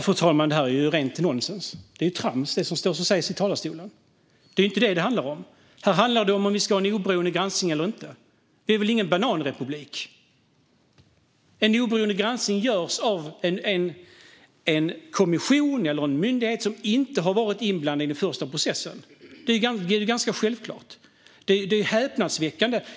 Fru talman! Det som sägs i talarstolen är rent nonsens - trams. Det är inte vad det här handlar om. Här handlar det om huruvida det ska vara en oberoende granskning eller inte. Sverige är väl ingen bananrepublik? En oberoende granskning görs av en kommission eller myndighet som inte har varit inblandad i den första processen. Det är självklart. Det här är häpnadsväckande.